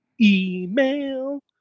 email